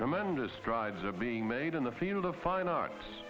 tremendous strides are being made in the field of fine arts